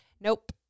Nope